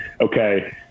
okay